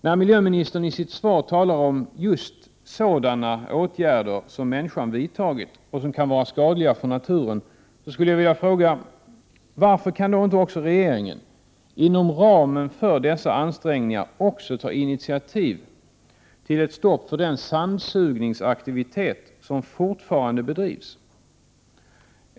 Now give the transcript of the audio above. När miljöministern i sitt svar talar om just sådana åtgärder som människan vidtagit och som kan vara skadliga för naturen så vill jag fråga: Varför kan inte regeringen, inom ramen för dessa ansträngningar, också ta initiativ till ett stopp för den sandsugningsaktivitet, som fortfarande bedrivs?